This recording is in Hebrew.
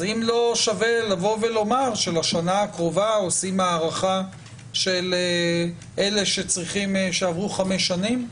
אז האם לא שווה לומר שלשנה הקרובה עושים הארכה של אלה שעברו חמש שנים?